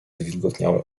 zwilgotniałe